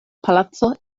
palaco